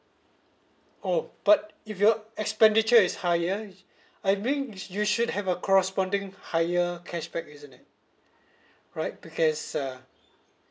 oh but if your expenditure is higher I mean you should have a corresponding higher cashback isn't it right because uh